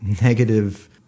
negative